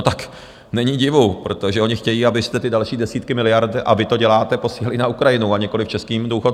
Tak není divu, protože oni chtějí, abyste ty další desítky miliard a vy to děláte posílali na Ukrajinu, a nikoliv českým důchodcům.